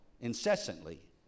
incessantly